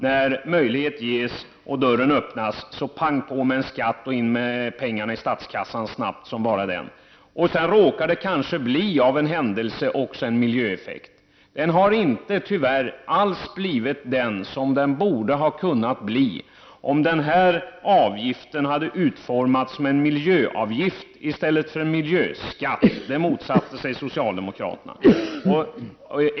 När möjlighet ges och dörren öppnas, så pang på med en skatt bara och in med pengarna i statskassan, snabbt som bara den! Sedan råkar det kanske bli en miljöeffekt också. Den har tyvärr inte alls blivit den som den hade kunnat bli om denna avgift hade utformats som en miljöavgift i stället för som en miljöskatt. Men det motsatte sig socialdemokraterna.